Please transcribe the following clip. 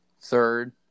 third